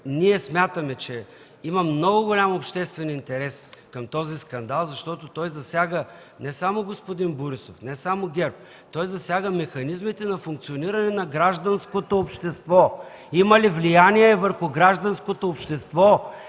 ние смятаме, че има много голям обществен интерес към този скандал, защото той засяга не само господин Борисов, не само ГЕРБ, той засяга механизмите на функциониране на гражданското общество – има ли влияние върху гражданското общество,